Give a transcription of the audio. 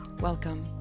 welcome